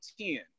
ten